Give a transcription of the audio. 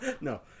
no